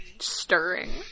stirring